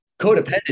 codependent